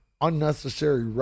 unnecessary